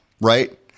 Right